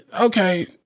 okay